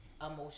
emotion